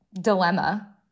dilemma